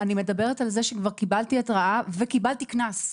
אני מדברת על זה שכבר קיבלתי התראה וקיבלתי קנס.